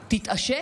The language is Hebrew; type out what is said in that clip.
תתעשת?